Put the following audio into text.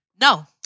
No